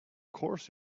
course